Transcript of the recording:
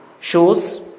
shows